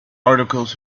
articles